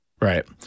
Right